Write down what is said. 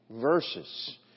verses